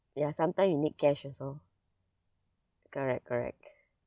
ya sometime you need cash also correct correct